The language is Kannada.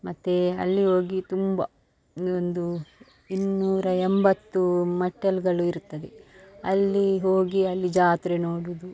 ಮತ್ತು ಅಲ್ಲಿ ಹೋಗಿ ತುಂಬ ನ್ ಒಂದು ಇನ್ನೂರ ಎಂಬತ್ತು ಮೆಟ್ಟಿಲ್ಗಳು ಇರುತ್ತದೆ ಅಲ್ಲಿ ಹೋಗಿ ಅಲ್ಲಿ ಜಾತ್ರೆ ನೋಡುವುದು